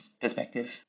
perspective